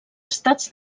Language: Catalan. estats